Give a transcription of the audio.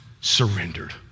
surrendered